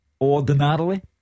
Ordinarily